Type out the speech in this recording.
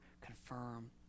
confirm